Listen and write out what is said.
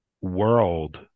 world